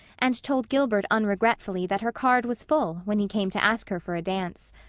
and told gilbert unregretfully that her card was full when he came to ask her for a dance.